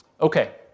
Okay